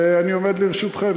ואני עומד לרשותכם.